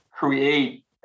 Create